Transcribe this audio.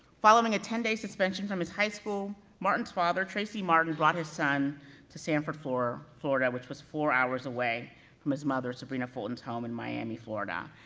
following a ten day suspension from his high school, martin's father, tracy martin, brought his son to sanford, florida, which was four hours away from his mother, sybrina fulton's home in miami, florida.